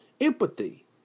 empathy